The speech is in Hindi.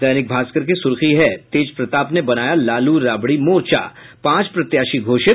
दैनिक भास्कर की सुर्खी है तेजप्रताप ने बनाया लालू राबड़ी मोर्चा पांच प्रत्याशी घोषित